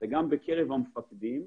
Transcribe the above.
וגם בקרב המפקדים,